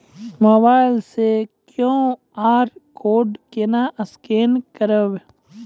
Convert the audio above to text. Mobile से QR code केना scan करबै?